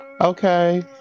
Okay